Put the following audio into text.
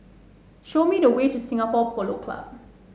show me the way to Singapore Polo Club